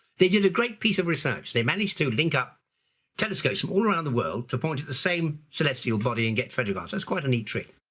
they did a great piece of research they managed to link up telescopes from all around the world to point at the same celestial body and get photographs, that's quite a neat trick.